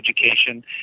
education